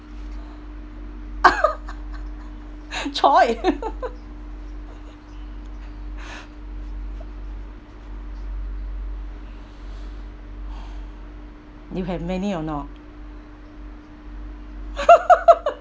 !choy! you have many or not